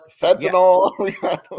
Fentanyl